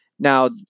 Now